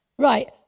Right